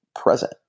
present